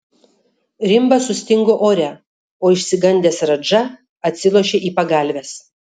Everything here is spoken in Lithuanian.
rimbas sustingo ore o išsigandęs radža atsilošė į pagalves